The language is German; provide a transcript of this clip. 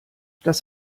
das